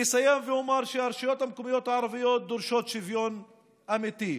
אני אסיים ואומר שהרשויות המקומיות הערביות דורשות שוויון אמיתי.